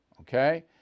okay